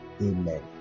Amen